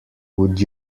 would